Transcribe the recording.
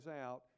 out